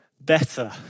better